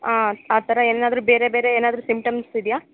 ಹಾಂ ಆ ಥರ ಏನಾದರೂ ಬೇರೆ ಬೇರೆ ಏನಾದರೂ ಸಿಮ್ಟಮ್ಸ್ ಇದೆಯಾ